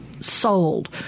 sold